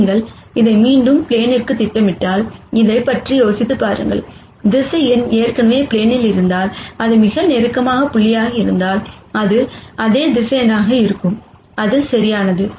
நீங்கள் அதை மீண்டும் ப்ளேனிற்குத் திட்டமிட்டால் இதைப் பற்றி யோசித்துப் பாருங்கள் வெக்டார் ஏற்கனவே ப்ளேனில் இருந்தால் இது மிக நெருக்கமான புள்ளியாக இருந்தால் அது அதே வெக்டார் ஆக இருக்கும் அது சரியானது